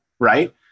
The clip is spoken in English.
Right